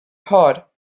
hot